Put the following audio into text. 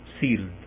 sealed